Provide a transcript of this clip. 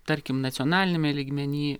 tarkim nacionaliniame lygmeny